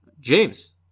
James